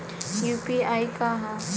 UPI का ह?